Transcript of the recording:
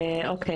שלום.